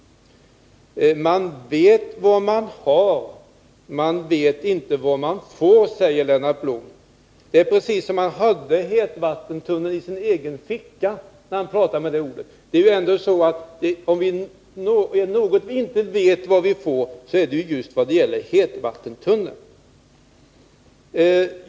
Man vet vad man har, men man vet inte vad man får, säger Lennart Blom. Det är precis som om han hade hetvattentunneln i sin ficka, när han talar på det sättet. Om det är på något område som man inte vet vad man får, så gäller det just hetvattentunneln.